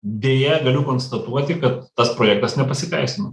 deja galiu konstatuoti kad tas projektas nepasiteisino